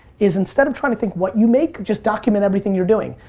is, instead of trying to think what you make, just document everything you're doing.